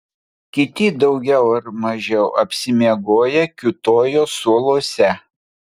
kiti daugiau ar mažiau apsimiegoję kiūtojo suoluose